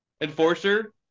Enforcer